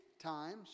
times